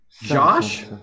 Josh